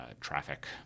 traffic